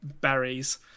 berries